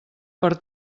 per